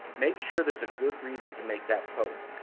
make sure there's a good reason to make that post,